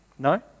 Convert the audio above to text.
No